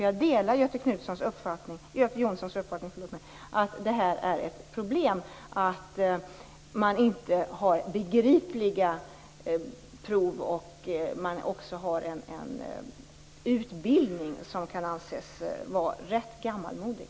Jag delar Göte Jonssons uppfattning att det är ett problem att man inte har begripliga prov. Dessutom kan utbildningen anses vara ganska gammalmodig.